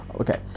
Okay